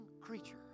creature